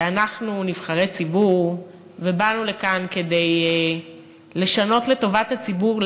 שאנחנו נבחרי ציבור ובאנו לכאן כדי לשנות לטובת הציבור,